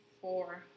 four